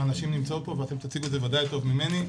והנשים נמצאות פה ואתן תציגו את זה וודאי טוב ממני.